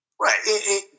Right